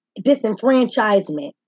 disenfranchisement